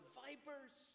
vipers